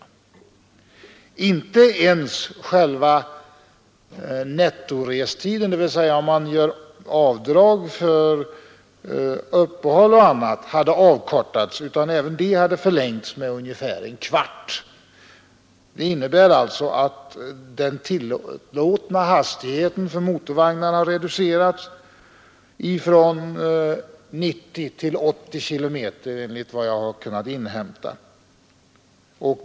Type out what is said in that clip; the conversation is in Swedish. Inte ens själva nettorestiden, dvs. om man gör avdrag för uppehåll och annat, hade avkortats utan även den hade förlängts med ungefär en kvart. Det innebär alltså att den tillåtna hastigheten för motorvagnarna reducerats från 90 till 80 kilometer i timmen, enligt vad jag har kunnat inhämta.